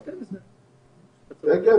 כן, כן.